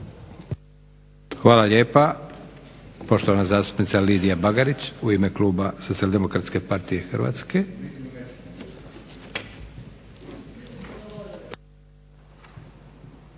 Hvala lijepa. Poštovana zastupnica Lidija Bagarić u ime Kluba Socijaldemokratske partije Hrvatske.